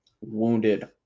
wounded